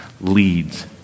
leads